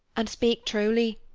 and speak truly.